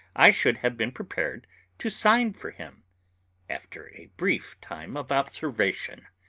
i should have been prepared to sign for him after a brief time of observation.